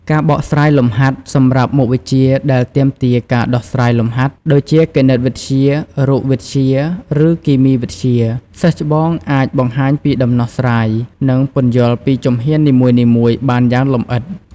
ការបកស្រាយលំហាត់ សម្រាប់មុខវិជ្ជាដែលទាមទារការដោះស្រាយលំហាត់ ដូចជាគណិតវិទ្យា រូបវិទ្យា ឬគីមីវិទ្យា សិស្សច្បងអាច បង្ហាញពីដំណោះស្រាយ និងពន្យល់ពីជំហាននីមួយៗបានយ៉ាងលម្អិត។